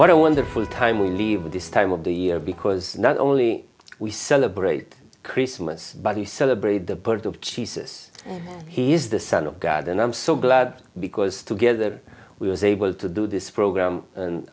what a wonderful time we leave this time of the year because not only we celebrate christmas by the celebrate the birth of jesus he is the son of god and i'm so glad because together we was able to do this program and